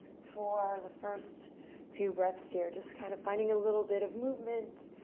for the first few breaths here. just kind of finding a little bit of movement.